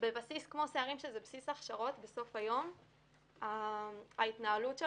בבסיס כמו סיירים שזה בסיס הכשרות בסוף היום ההתנהלות של